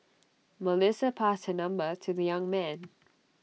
Melissa passed her number to the young man